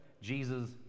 Jesus